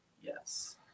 Yes